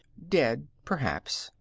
dead, perhaps.